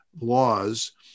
laws